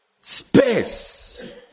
space